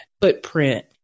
footprint